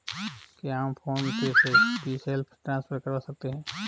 क्या हम PhonePe से भी सेल्फ ट्रांसफर करवा सकते हैं?